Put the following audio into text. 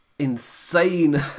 insane